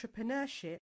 entrepreneurship